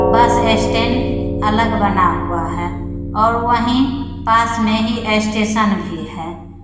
बस स्टेंड अलग बना हुआ है और वहीं पास में ही स्टेशन भी है